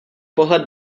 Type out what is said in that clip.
pohled